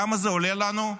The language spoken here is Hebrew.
כמה זה עולה לנו?